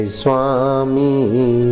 swami